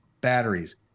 batteries